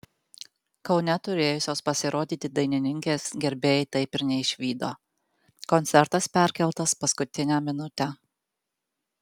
kaune turėjusios pasirodyti dainininkės gerbėjai taip ir neišvydo koncertas perkeltas paskutinę minutę